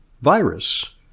virus